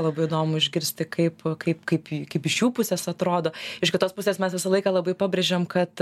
labai įdomu išgirsti kaip kaip kaip kaip iš jų pusės atrodo iš kitos pusės mes visą laiką labai pabrėžiam kad